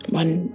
one